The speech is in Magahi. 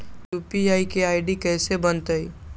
यू.पी.आई के आई.डी कैसे बनतई?